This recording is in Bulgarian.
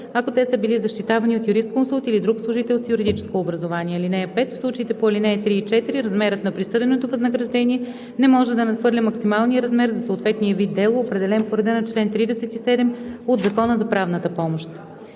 ако те са били защитавани от юрисконсулт или друг служител с юридическо образование. (5) В случаите по ал. 3 и 4 размерът на присъденото възнаграждение не може да надхвърля максималния размер за съответния вид дело, определен по реда на чл. 37 от Закона за правната помощ.“